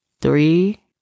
three